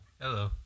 Hello